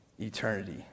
eternity